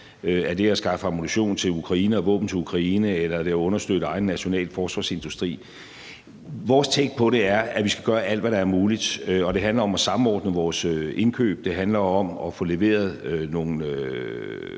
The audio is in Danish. Er det at skaffe ammunition til Ukraine og våben til Ukraine, eller er det at understøtte egen nationale forsvarsindustri? Vores take på det er, at vi skal gøre alt, hvad der er muligt, og det handler om at samordne vores indkøb. Det handler om at få leveret nogle